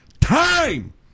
time